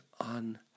on